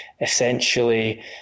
essentially